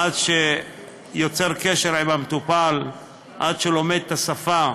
עד שיוצר קשר עם המטופל, עד שלומד את השפה,